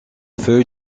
feuille